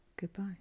goodbye